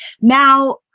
Now